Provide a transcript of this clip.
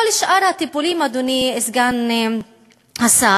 כל שאר הטיפולים, אדוני סגן השר,